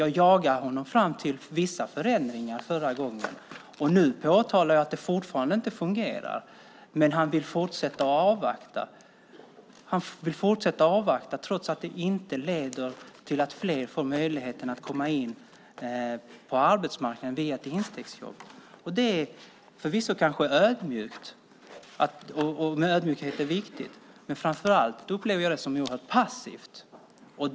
Jag jagade honom fram till vissa förändringar förra gången, och nu påtalar jag att det fortfarande inte fungerar. Men han vill fortsätta att avvakta, trots att det inte leder till att fler får möjligheten att komma in på arbetsmarknaden via ett instegsjobb. Det är förvisso ödmjukt, och ödmjukhet är viktigt, men framför allt upplever jag det som oerhört passivt.